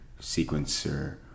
sequencer